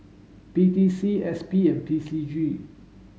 P T C S P and P C G